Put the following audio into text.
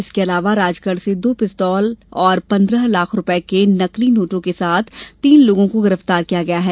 इसके अलावा राजगढ़ से दो पिस्तौल तथा पन्द्रह लाख रुपये के नकली नोटों के साथ तीन लोगों को गिरफ्तार भी किया गया है